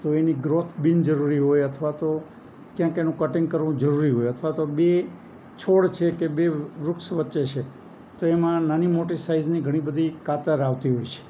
તો એની ગ્રોથ બિનજરૂરી હોય અથવા તો ક્યાંક એનું કટિંગ કરવું જરૂરી હોય અથવા તો બે છોડ છે કે બે વૃક્ષ વચ્ચે છે તો એમાં નાની મોટી સાઈઝની ઘણી બધી કાતર આવતી હોય છે